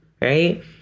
right